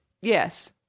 Yes